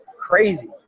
crazy